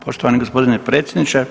Poštovani gospodine predsjedniče.